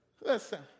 Listen